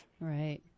Right